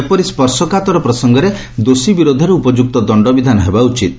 ଏପରି ସର୍ଶକାତର ପ୍ରସଙ୍ଗରେ ଦୋଷୀ ବିରୋଧରେ ଉପଯୁକ୍ତ ଦଶ୍ତବିଧାନ ହେବା ଉଚ୍ତ